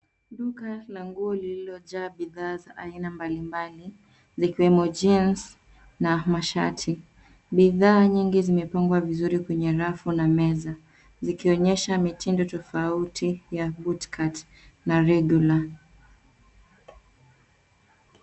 Duka la nguo lililojaa bidhaa za aina mbalimbali zikiwemo jeans na mashati. Bidhaa nyingi zimepangwa vizuri kwenye rafu na meza zikionyesha mitindo tofauti ya Bootcut na regular .